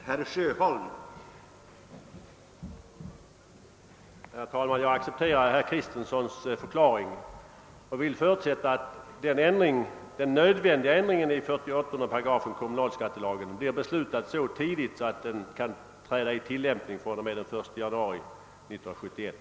Herr talman! Jag accepterar herr Kristensons förklaring. Jag vill emellertid förutsätta att den nödvändiga ändringen i 48 8 kommunalskattelagen blir beslutad så tidigt, att den träder i tillämpning fr.o.m. den 1 januari 1971.